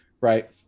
Right